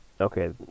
Okay